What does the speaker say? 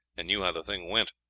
and knew how the thing went.